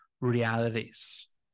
realities